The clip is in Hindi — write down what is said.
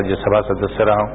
राज्य सभा सदस्य रहा हूं